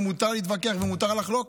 ומותר להתווכח ומותר לחלוק,